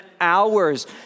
hours